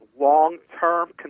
long-term